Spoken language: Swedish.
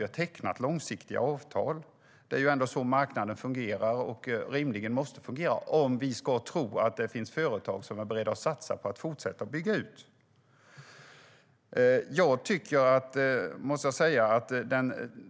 Man har tecknat långsiktiga avtal, för det är så marknaden fungerar, och rimligen måste fungera, om det ska finnas företag som är beredda på att satsa på att fortsätta att bygga ut.